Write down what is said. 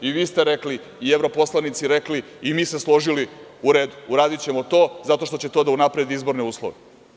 I vi ste rekli, i evro poslanici rekli i mi se složi, u redu, uradićemo to zato što će to da unapredi izborne uslove.